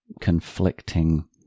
conflicting